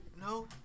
no